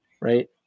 right